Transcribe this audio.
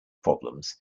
problems